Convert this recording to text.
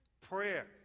Prayer